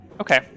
okay